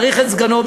צריך את סגנו,